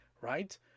right